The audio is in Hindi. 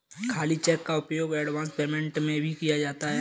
खाली चेक का उपयोग एडवांस पेमेंट में भी किया जाता है